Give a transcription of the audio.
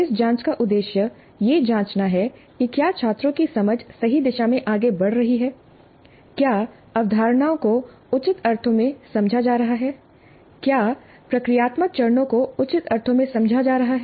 इस जांच का उद्देश्य यह जांचना है कि क्या छात्रों की समझ सही दिशा में आगे बढ़ रही है क्या अवधारणाओं को उचित अर्थों में समझा जा रहा है क्या प्रक्रियात्मक चरणों को उचित अर्थों में समझा जा रहा है